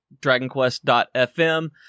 DragonQuest.FM